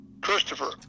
Christopher